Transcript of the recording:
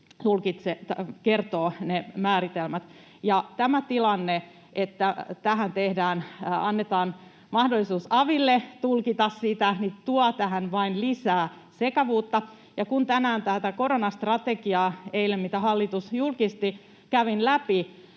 kertoo ne määritelmät. Tämä tilanne, että tähän annetaan mahdollisuus aville tulkita sitä, tuo tähän vain lisää sekavuutta. Ja kun tänään kävin läpi tätä koronastrategiaa, minkä hallitus eilen julkisti, niin kyllä